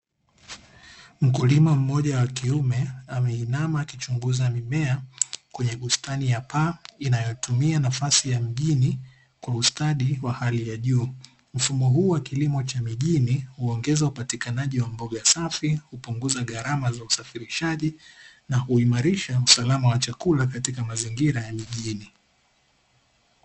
Mkulima mmoja wa kiume, ameinama akichunguza mimea kwenye bustani ya paa inayotumia nafasi ya mjini kwa ustadi wa hali ya juu. Mfumo huu wa kilimo cha mijini huongeza upatikanaji wa mboga safi, hupunguza gharama za usafirishaji na huimarisha usalama wa chakula katika mazingira ya mijini.